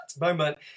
Moment